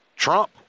Trump